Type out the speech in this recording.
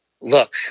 look